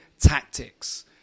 tactics